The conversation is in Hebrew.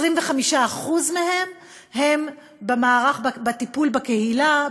25% מהם הם בטיפול בקהילה,